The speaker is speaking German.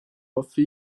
hoffe